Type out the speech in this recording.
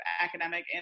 academic